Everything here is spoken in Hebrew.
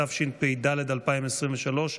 התשפ"ד 2023,